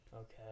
Okay